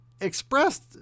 expressed